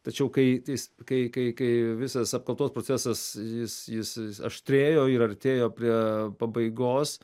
tačiau kai jis kai kai visas apkaltos procesas jis jis aštrėjo ir artėjo prie pabaigos